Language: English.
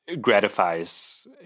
gratifies